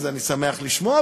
אז אני שמח לשמוע,